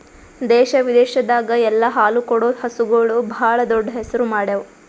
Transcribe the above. ದೇಶ ವಿದೇಶದಾಗ್ ಎಲ್ಲ ಹಾಲು ಕೊಡೋ ಹಸುಗೂಳ್ ಭಾಳ್ ದೊಡ್ಡ್ ಹೆಸರು ಮಾಡ್ಯಾವು